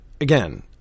again